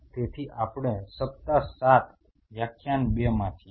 તેથી આપણે સપ્તાહ 7 વ્યાખ્યાન 2 માં છીએ